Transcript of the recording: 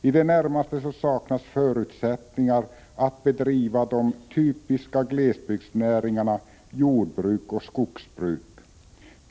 I det närmaste saknas förutsättningar att bedriva de typiska glesbygdsnäringarna jordbruk och skogsbruk.